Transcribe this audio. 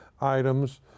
items